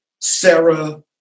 Sarah